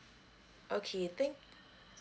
okay thank you